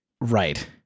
Right